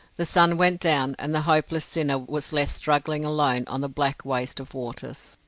the sun went down, and the hopeless sinner was left struggling alone on the black waste of waters.